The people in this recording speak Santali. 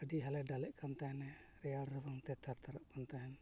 ᱟᱹᱰᱤ ᱦᱟᱞᱮ ᱰᱟᱞᱮᱜ ᱠᱟᱱ ᱛᱟᱦᱮᱱᱮ ᱨᱮᱭᱟᱲ ᱨᱟᱵᱟᱝ ᱛᱮ ᱛᱷᱟᱨᱛᱟᱨᱟᱜ ᱠᱟᱱ ᱛᱟᱦᱮᱱ